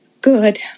good